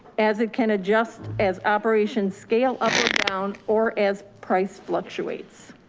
as it can adjust as operation scale up down or as price fluctuates.